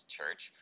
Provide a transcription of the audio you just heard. Church